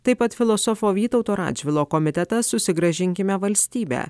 taip pat filosofo vytauto radžvilo komitetas susigrąžinkime valstybę